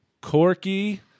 Corky